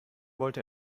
wollte